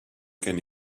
gen